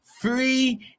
free